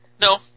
No